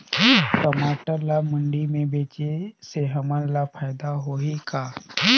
टमाटर ला मंडी मे बेचे से हमन ला फायदा होही का?